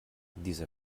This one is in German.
dieser